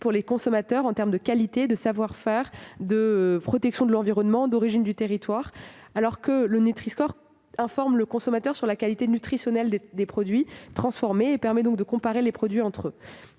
pour les consommateurs en termes de qualité, de savoir-faire, de protection de l'environnement, d'origine et de terroir, alors que le Nutri-score les informe sur la qualité nutritionnelle des produits transformés et permet donc de les comparer. Si les fromages sont